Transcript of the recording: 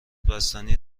بستنی